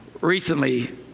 Recently